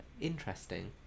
interesting